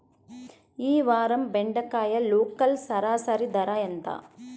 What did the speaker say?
ఈ వారం బెండకాయ లోకల్ సరాసరి ధర ఎంత?